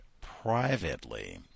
privately